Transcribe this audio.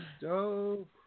dope